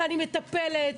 אני מטפלת.